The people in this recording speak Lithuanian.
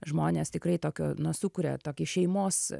žmonės tikrai tokio na sukuria tokį šeimos